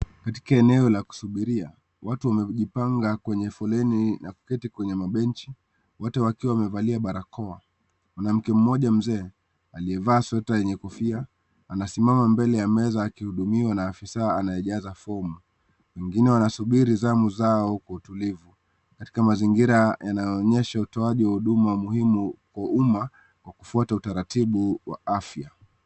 Katika sehemu ya kusuburia, watu wamejipanga kwenye foleni na kuketi kwenye mabenchi wote wakiwa wamevalia barakoa. Mwanamke mmoja mzee aliyevaa sweater yenye kofia anasimama mbele ya meza akihudumiwa na afisa anayejaza fomu. Wengine wanasubiri zamu zao kwa utulivu katika mazingira yanayoonyesha utoaji wa huduma muhimu kwa umma kwa kufuata utaratibu wa Afya.